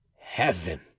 heaven